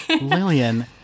Lillian